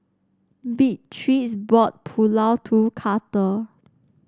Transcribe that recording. Beatriz bought Pulao to Karter